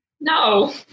No